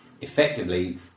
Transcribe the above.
Effectively